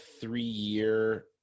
three-year